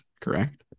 correct